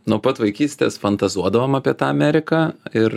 nuo pat vaikystės fantazuodavom apie tą ameriką ir